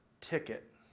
ticket